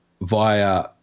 via